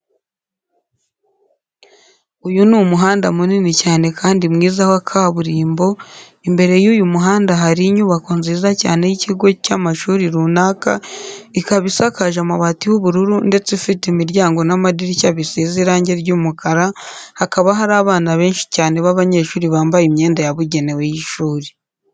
Uyu ni umuhanda munini cyane kandi mwiza wa kaburimbo, imbere y'uyu muhanda hari inyubako nziza cyane y'ikigo cy'amashuri runaka, ikaba isakaje amabati y'ubururu ndetse ifite imiryango n'amadirishya bisize irange ry'umukara, hakaba hari abana benshi cyane b'abanyeshuri bambaye imyenda yabugenewe y'ishuri.